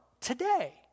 today